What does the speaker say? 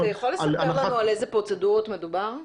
יכול לספר לנו על איזה פרוצדורות מדובר?